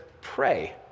pray